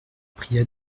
pria